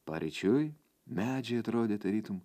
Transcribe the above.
paryčiui medžiai atrodė tarytum